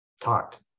talked